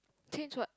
change what